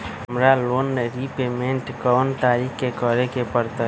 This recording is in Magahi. हमरा लोन रीपेमेंट कोन तारीख के करे के परतई?